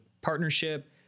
partnership